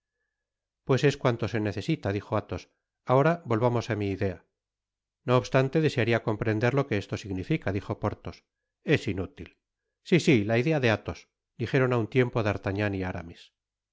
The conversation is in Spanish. pues es cuanto se necesita dijo athos ahora volvamos á mi idea no obstante desearía comprender lo que esto significa dijo porthos es inútil si si la idea de athos dijeron á un tiempo d'artagnan y aramis